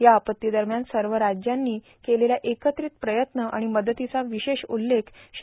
या आपत्तीदरम्यान सर्व राज्यांनी केलेल्या एकत्रित प्रयत्न आणि मदतीचा विशेष उल्लेख श्री